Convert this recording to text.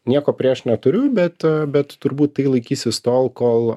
nieko prieš neturiu bet bet turbūt tai laikysis tol kol